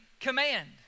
command